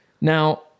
Now